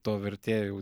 to vertėjo jau